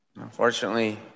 Unfortunately